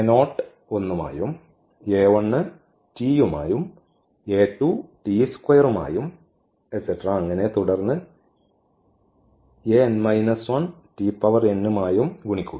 1 മായും t യുമായും മായും അങ്ങനെ തുടർന്ന് മായും ഗുണിക്കുക